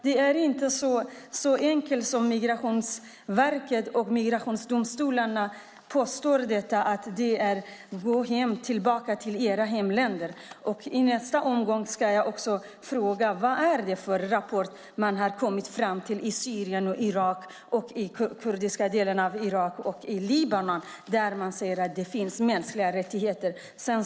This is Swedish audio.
Det är inte så enkelt som Migrationsverket och migrationsdomstolarna påstår att åka tillbaka till sina hemländer. I nästa omgång ska jag också fråga: Vad är det för rapport man har kommit fram till om Syrien, de kurdiska delarna av Irak och Libanon där man säger att det finns mänskliga rättigheter?